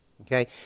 okay